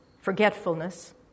forgetfulness